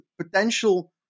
potential